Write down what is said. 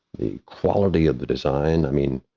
the quality of the design. i mean,